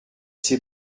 ses